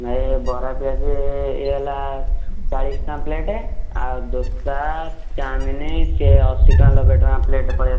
ନାଇଁ ଇଏ ବରା ପିଆଜି ଇଏ ହେଲା ଚାଳିଶଟଙ୍କା ପ୍ଲେଟ୍ ଆଉ ଦୋସା ଚାଉମିନ୍ ସିଏ ଅଶୀଟଙ୍କା ନବେଟଙ୍କା ପ୍ଲେଟ୍ ପଳେଇଆସୁଛି